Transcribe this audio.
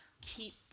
keep